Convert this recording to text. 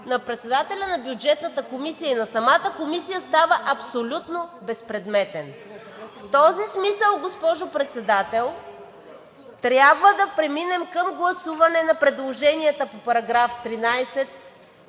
на председателя на Бюджетната комисия става абсолютно безпредметен. В този смисъл, госпожо Председател, трябва да преминем към гласуване на предложенията по § 13,